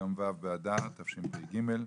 היום ו' באדר, תשפ"ג,